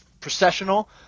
processional